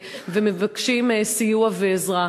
ומבקשים סיוע ועזרה במצוקתם.